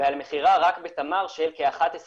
ועל מכירה רק בתמר של כ-11 BCM,